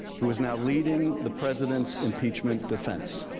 who is now leading the president's impeachment defense.